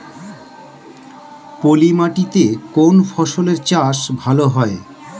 পলি মাটিতে কোন ফসলের চাষ ভালো হয়?